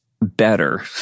better